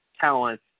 talent